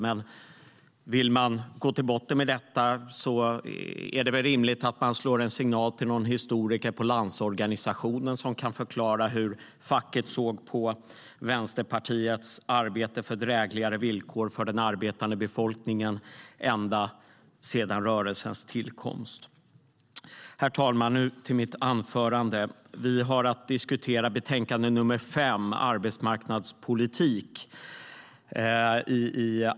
Men vill man gå till botten med detta är det väl rimligt att slå en signal till någon historiker på Landsorganisationen som kan förklara hur facket såg på Vänsterpartiets arbete för drägligare villkor för den arbetande befolkningen ända sedan rörelsens tillkomst..